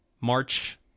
March